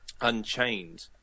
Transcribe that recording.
Unchained